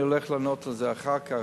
אני הולך לענות על זה אחר כך,